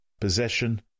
Possession